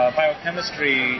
biochemistry